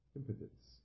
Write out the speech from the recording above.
impotence